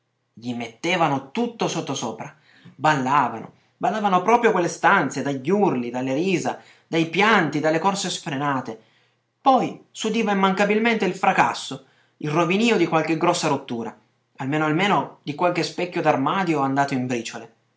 gli mettevano tutto sossopra ballavano ballavano proprio quelle stanze dagli urli dalle risa dai pianti dalle corse sfrenate poi s'udiva immancabilmente il fracasso il rovinio di qualche grossa rottura almeno almeno di qualche specchio d'armadio andato in briciole